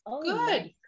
good